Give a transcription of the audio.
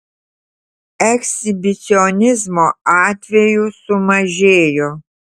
ekshibicionizmo atvejų sumažėjo